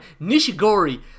Nishigori